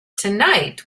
tonight